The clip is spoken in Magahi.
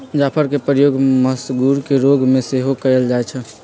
जाफरके प्रयोग मसगुर के रोग में सेहो कयल जाइ छइ